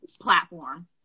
platform